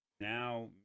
now